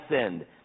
sinned